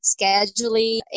scheduling